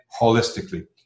holistically